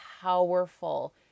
powerful